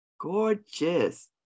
gorgeous